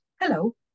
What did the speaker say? hello